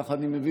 כך אני מבין.